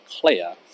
clear